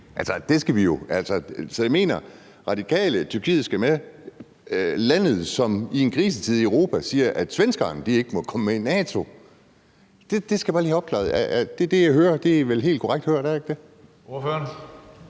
komme med i NATO? Så mener Radikale, at Tyrkiet skal med – landet, som i en krisetid i Europa siger, at svenskerne ikke må komme med i NATO? Det skal jeg bare lige have opklaret. Det er det, jeg hører, og det er vel helt korrekt hørt, er det ikke det? Kl.